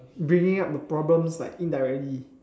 bringing up the problems like indirectly